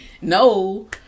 no